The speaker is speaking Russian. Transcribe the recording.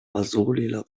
позволила